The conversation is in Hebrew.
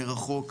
מרחוק.